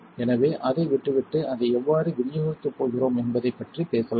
எனவே அதை விட்டுவிட்டு அதை எவ்வாறு விநியோகிக்கப் போகிறோம் என்பதைப் பற்றி பேசலாம்